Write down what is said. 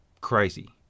crazy